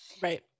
Right